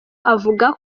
avuga